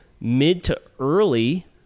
mid-to-early